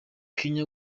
kanye